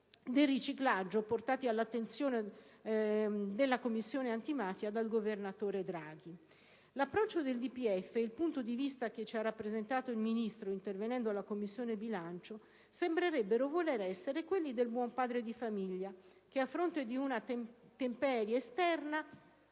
del riciclaggio, portati all'attenzione della Commissione antimafia dal governatore Draghi. L'approccio del DPEF e il punto di vista che ci ha rappresentato il Ministro intervenendo alla Commissione bilancio sembrerebbero voler essere quelli del buon padre di famiglia, che a fronte di una temperie esterna